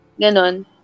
ganon